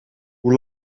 hoe